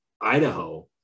Idaho